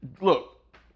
look